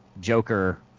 Joker